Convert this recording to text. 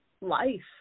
life